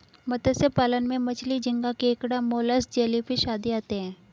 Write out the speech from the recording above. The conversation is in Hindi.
मत्स्य पालन में मछली, झींगा, केकड़ा, मोलस्क, जेलीफिश आदि आते हैं